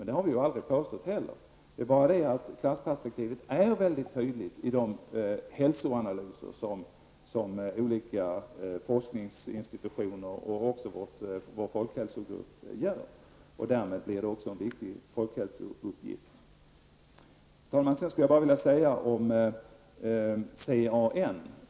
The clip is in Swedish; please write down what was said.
Det har vi heller aldrig påstått. Men klassperspektivet är mycket tydligt i de hälsoanalyser olika forskningsinstitutioner och vår folkhälsogrupp gör. Herr talman! Flera talare har varit inne på CAN.